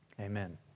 Amen